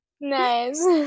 nice